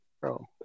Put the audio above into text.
Bro